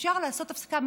אפשר לעשות הפסקה.